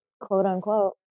Quote-unquote